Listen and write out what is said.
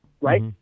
right